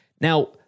Now